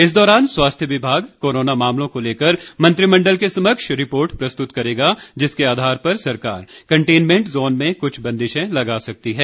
इस दौरान स्वास्थ्य विभाग कोरोना मामलों को लेकर मंत्रिमंडल के समक्ष रिपोर्ट प्रस्तुत करेगा जिसके आधार पर सरकार कंटेनमेंट जोन में कुछ बंदिशें लगा सकती है